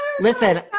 listen